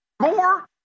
Gore